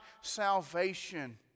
salvation